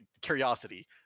curiosity